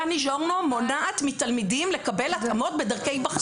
דני ז'ורנו מונעת מתלמידים לקבל התאמות בדרכי היבחנות.